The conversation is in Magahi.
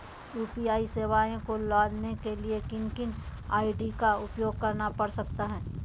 यू.पी.आई सेवाएं को लाने के लिए किन किन आई.डी का उपयोग करना पड़ सकता है?